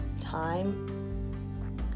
time